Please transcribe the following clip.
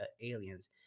aliens